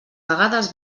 vegades